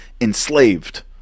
enslaved